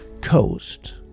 Coast